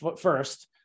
first